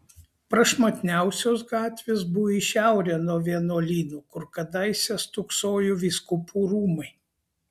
prašmatniausios gatvės buvo į šiaurę nuo vienuolyno kur kadaise stūksojo vyskupų rūmai